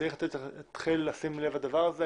צריך לשים לב לדבר הזה.